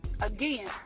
Again